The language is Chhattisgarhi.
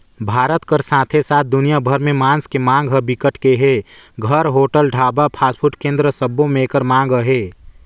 भारत कर साथे साथ दुनिया भर में मांस के मांग ह बिकट के हे, घर, होटल, ढाबा, फास्टफूड केन्द्र सबो में एकर मांग अहे